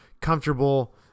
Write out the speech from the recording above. comfortable